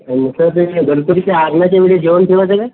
आणि सर ते गणपतीच्या आगमनाच्या वेळेस जेवण ठेवायचं आहे का